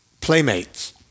Playmates